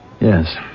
Yes